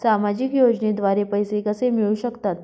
सामाजिक योजनेद्वारे पैसे कसे मिळू शकतात?